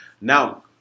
Now